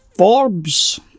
Forbes